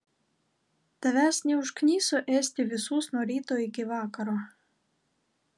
tavęs neužkniso ėsti visus nuo ryto iki vakaro